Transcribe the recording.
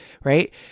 right